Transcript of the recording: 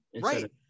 Right